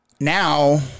now